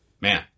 man